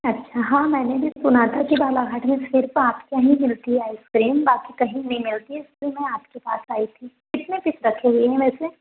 अच्छा हाँ मैंने भी सुना था कि बालाघाट में सिर्फ आपके यहाँ ही मिलती है आइसक्रीम बाकी कहीं नहीं मिलती है इसलिए मैं आपके पास आई थी कितने पीस रखें हुए है वैसे